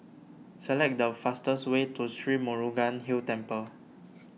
select the fastest way to Sri Murugan Hill Temple